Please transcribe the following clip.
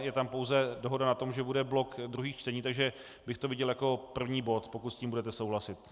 Je tam pouze dohoda na tom, že bude blok druhých čtení, takže bych to viděl jako první bod, pokud s tím budete souhlasit.